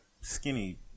skinny